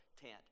tent